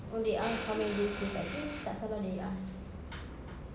oh they ask how many days dekat dia tak salah they asked